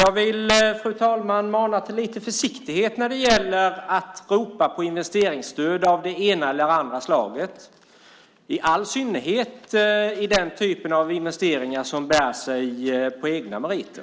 Jag vill mana till lite försiktighet när det gäller att ropa på investeringsstöd av det ena eller andra slaget, i all synnerhet i den typen av investeringar som bär sig på egna meriter.